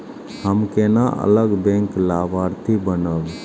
हम केना अलग बैंक लाभार्थी बनब?